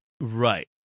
Right